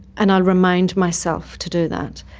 and i'll remind myself to do that.